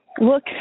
look